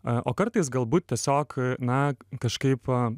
a o kartais galbūt tiesiog na kažkaip va